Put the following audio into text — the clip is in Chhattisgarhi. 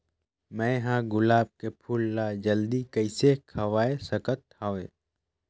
मैं ह गुलाब के फूल ला जल्दी कइसे खवाय सकथ हवे?